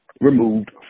removed